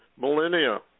millennia